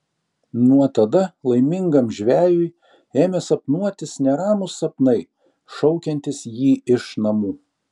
nuo tada laimingam žvejui ėmė sapnuotis neramūs sapnai šaukiantys jį iš namų